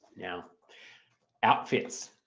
now outfits,